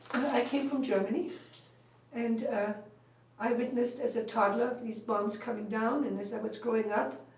i came from germany and ah i witnessed as a toddler these bombs coming down. and as i was growing up,